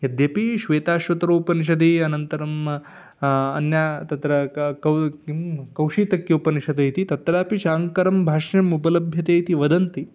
यद्यपि श्वेताश्वतरोपनिषदि अनन्तरं अन्य तत्र क कौ किं कौषीतकी उपनिषतद् इति तत्र अपि शाङ्करभाष्यम् उपलभ्यते इति वदन्ति